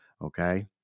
okay